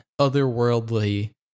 otherworldly